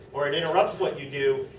or it interrupts what you do.